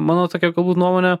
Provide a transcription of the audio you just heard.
mano tokia galbūt nuomonė